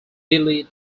billy